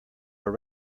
are